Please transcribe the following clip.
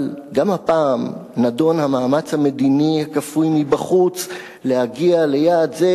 אבל גם הפעם נידון המאמץ המדיני הכפוי מבחוץ להגיע ליעד זה,